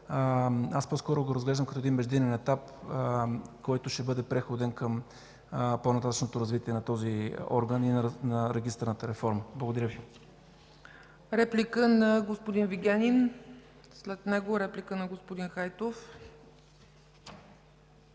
аз по-скоро го разглеждам като междинен етап, който ще бъде преходен, към по-нататъшното развитие на този орган и на регистърната реформа. Благодаря Ви. ПРЕДСЕДАТЕЛ ЦЕЦКА ЦАЧЕВА: Реплика на господин Вигенин, след него реплика на господин Хайтов.